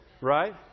Right